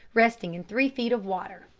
resting in three feet of water.